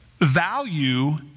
value